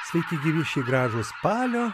sveiki gyvi šį gražų spalio